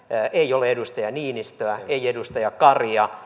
ei ole edustaja niinistöä ei edustaja karia